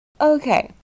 Okay